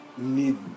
need